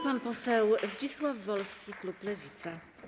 Pan poseł Zdzisław Wolski, klub Lewica.